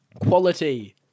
quality